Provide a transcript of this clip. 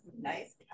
nice